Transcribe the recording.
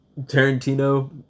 Tarantino